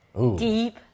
Deep